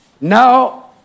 now